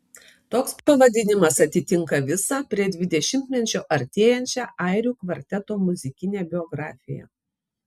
toks pavadinimas atitinka visą prie dvidešimtmečio artėjančią airių kvarteto muzikinę biografiją